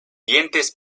dientes